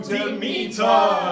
Demeter